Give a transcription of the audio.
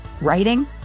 writing